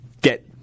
get